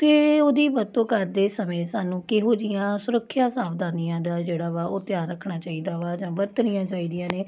ਤਾਂ ਉਹਦੀ ਵਰਤੋਂ ਕਰਦੇ ਸਮੇਂ ਸਾਨੂੰ ਕਿਹੋ ਜਿਹੀਆਂ ਸੁਰੱਖਿਆ ਸਾਵਧਾਨੀਆਂ ਦਾ ਜਿਹੜਾ ਵਾ ਉਹ ਧਿਆਨ ਰੱਖਣਾ ਚਾਹੀਦਾ ਵਾ ਜਾਂ ਵਰਤਣੀਆਂ ਚਾਹੀਦੀਆਂ ਨੇ